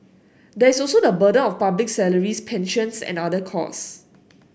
there is also the burden of public salaries pensions and other cost